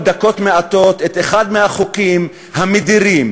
דקות מעטות את אחד מהחוקים המדירים,